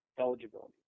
eligibility